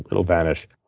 it will vanish.